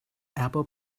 apple